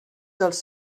dels